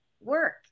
work